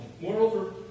Moreover